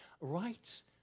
Rights